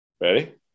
Ready